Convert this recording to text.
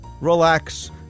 relax